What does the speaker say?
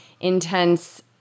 intense